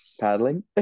paddling